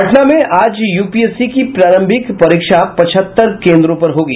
पटना में आज यूपीएससी की प्रारंभिक परीक्षा पचहत्तर केंद्रों पर होगी